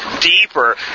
deeper